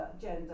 gender